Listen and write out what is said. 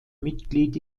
mitglied